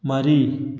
ꯃꯔꯤ